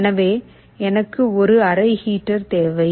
எனவே எனக்கு ஒரு அறை ஹீட்டர் தேவை